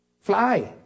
Fly